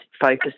focus